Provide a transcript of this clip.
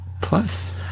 plus